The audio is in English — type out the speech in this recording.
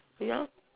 ya